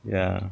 ya